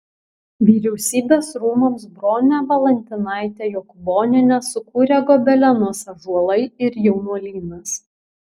vyriausybės rūmams bronė valantinaitė jokūbonienė sukūrė gobelenus ąžuolai ir jaunuolynas